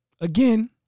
again